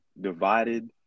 divided